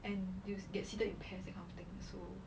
and you get seated in pairs that kind of thing so